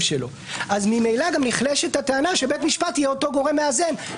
שלו אז ממילא נחלשת הטענה שבית משפט יהיה אותו גורם מאזן.